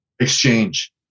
exchange